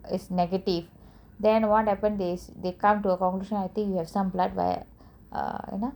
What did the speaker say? is negative then what happened is they come to the conclusion I think you have some blood